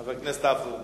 חבר הכנסת עפו אגבאריה,